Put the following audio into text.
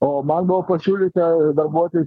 o man buvo pasiūlyta darbuotis